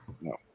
No